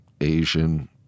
Asian